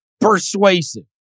persuasive